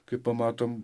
kai pamatom